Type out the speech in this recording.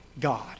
God